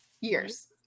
years